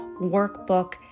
workbook